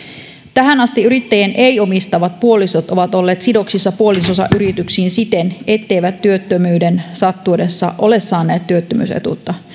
tähän asti yrittäjien ei omistavat puolisot ovat olleet sidoksissa puolisonsa yrityksiin siten etteivät työttömyyden sattuessa ole saaneet työttömyysetuutta